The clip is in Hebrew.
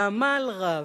בעמל רב,